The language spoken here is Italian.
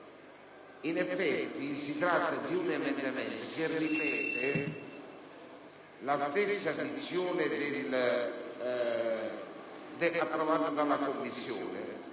in effetti si tratta di un emendamento che ripete la stessa dizione approvata dalla Commissione,